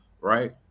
right